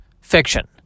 fiction